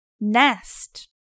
Nest